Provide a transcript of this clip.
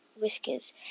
whiskers